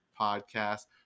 podcast